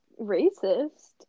racist